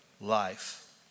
life